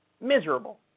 Miserable